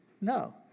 No